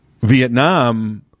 Vietnam